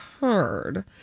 heard